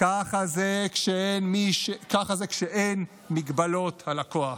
ככה זה כשאין מגבלות על הכוח.